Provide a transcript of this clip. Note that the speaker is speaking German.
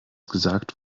gesagt